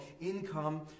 income